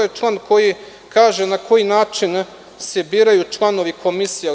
To je član koji kaže na koji način se biraju članovi komisije.